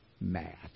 mad